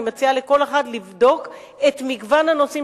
אני מציעה לכל אחד לבדוק את מגוון הנושאים